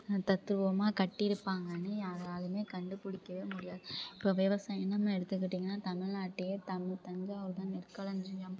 தத்ரூபமாக கட்டி இருப்பாங்கன்னு யாராலேயுமே கண்டுபிடிக்கவே முடியாது இப்போ விவசாயம்ன்னு நம்ம எடுத்துக்கிட்டிங்கனா தமிழ்நாட்லயே தமி தஞ்சாவூர் தான் நெற்களஞ்சியம்